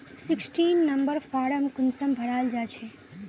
Sixteen number form कुंसम भराल जाछे?